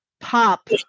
pop